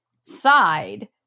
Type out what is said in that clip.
Side